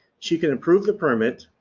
she can approve the permit,